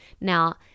Now